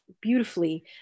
beautifully